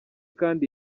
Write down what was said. kandi